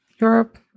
Europe